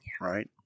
right